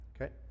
Okay